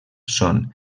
són